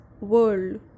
world